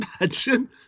imagine